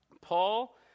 Paul